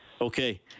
Okay